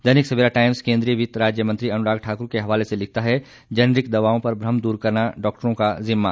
दैनिक Savera Times केंद्रीय वित्त राज्य मंत्री अनुराग ठाकुर के हवाले से लिखता है जैनरिक दवाओं पर भ्रम दूर करना डॉक्टरों का जिम्मा